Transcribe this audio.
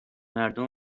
مردم